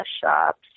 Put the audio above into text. shops